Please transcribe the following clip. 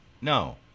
no